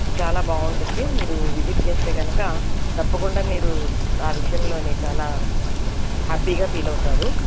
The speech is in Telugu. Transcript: చాలా బావుంటుంది మీరు విజిట్ చేస్తే గనక తప్పకుండా మీరు ఆ విషయంలోనీ చాలా హ్యాపీగా ఫీలవుతారు